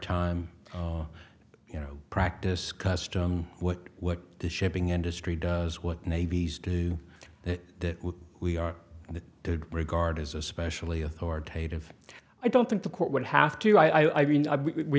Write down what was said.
maritime you know practice custom what what the shipping industry does what navies do that we are going to regard as especially authoritative i don't think the court would have to i mean we